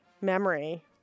memory